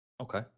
Okay